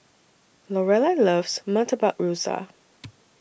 Lorelai loves Murtabak Rusa